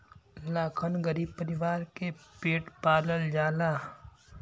लाखन गरीब परीवार के पेट पालल जाला